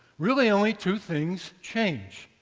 really only two things change.